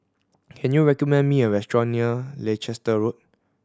can you recommend me a restaurant near Leicester Road